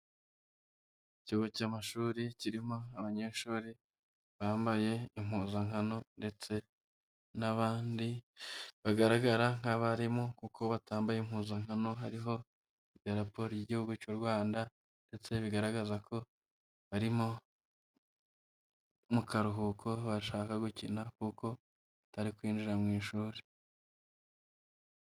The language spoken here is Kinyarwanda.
Ikigo cy'amashuri kirimo abanyeshuri bambaye impuzankano ndetse n'abandi bagaragara nk'abarimu kuko batambaye impuzankano, hariho idarapo ry'Igihugu cy'u Rwanda ndetse bigaragaza ko bari nko mu karuhuko bashaka gukina kuko batari kwinjira mu ishuri.